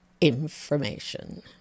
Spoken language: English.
information